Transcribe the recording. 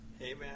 Amen